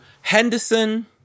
Henderson